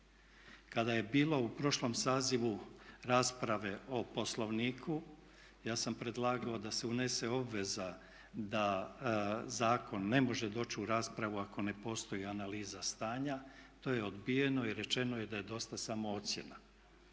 Kada je bilo u prošlom sazivu rasprave o Poslovniku ja sam predlagao da se unese obveza da zakon ne može doći u raspravu ako ne postoji analiza stanja, to je odbijeno i rečeno je da dosta samo ocjena